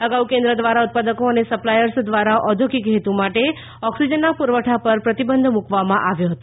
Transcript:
અગાઉ કેન્દ્ર દ્વારા ઉત્પાદકો અને સપ્લાયર્સ દ્વારા ઔદ્યોગિક હેતુ માટે ઓક્સિજનના પુરવઠા પર પ્રતિબંધ મૂકવામાં આવ્યો હતો